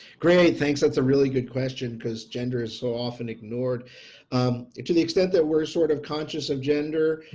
great, thanks. that's a really good question because gender is so often ignored it to the extent that we're sort of conscious of gender.